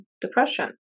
depression